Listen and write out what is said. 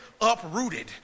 uprooted